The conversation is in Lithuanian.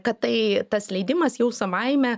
kad tai tas leidimas jau savaime